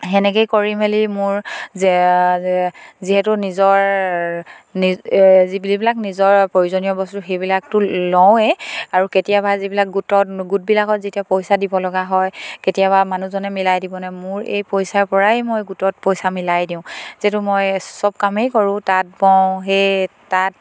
সেনেকেই কৰি মেলি মোৰ যে যিহেতু নিজৰ যিবিলাক নিজৰ প্ৰয়োজনীয় বস্তু সেইবিলাকতো লওঁৱেই আৰু কেতিয়াবা যিবিলাক গোটত গোটবিলাকত যেতিয়া পইচা দিব লগা হয় কেতিয়াবা মানুহজনে মিলাই দিবনে মোৰ এই পইচাৰ পৰাই মই গোটত পইচা মিলাই দিওঁ যিহেতু মই চব কামেই কৰোঁ তাঁত বওঁ সেই তাঁত